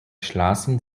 schlossen